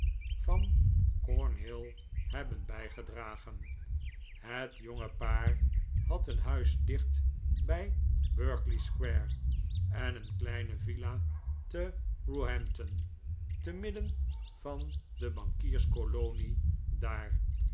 van cornhill hebben bijgedragen het jonge paar had een huis dicht bij berkeley square en een kleine villa te roehampton te midden van de bankierskolonie daar